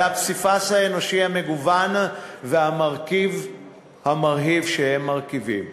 על הפסיפס האנושי המגוון והמרהיב שהם מרכיבים.